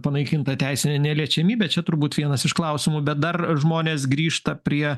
panaikinta teisinė neliečiamybė čia turbūt vienas iš klausimų bet dar žmonės grįžta prie